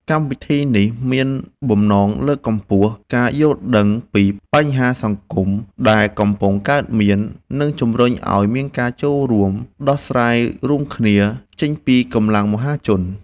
កម្មវិធីនេះមានបំណងលើកកម្ពស់ការយល់ដឹងពីបញ្ហាសង្គមដែលកំពុងកើតមាន និងជំរុញឱ្យមានការចូលរួមដោះស្រាយរួមគ្នាចេញពីកម្លាំងមហាជន។